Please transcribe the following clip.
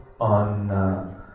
on